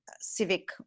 civic